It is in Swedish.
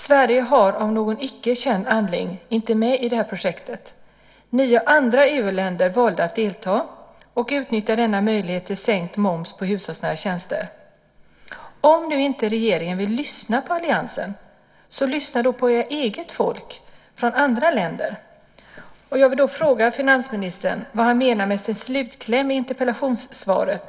Sverige är av någon icke känd anledning inte med i detta projekt. Nio andra EU-länder valde att delta och att utnyttja denna möjlighet till sänkt moms på hushållsnära tjänster. Om nu inte regeringen vill lyssna på alliansen, lyssna då på ert eget folk från andra länder! Jag vill fråga finansministern vad han menar med sin slutkläm i interpellationssvaret.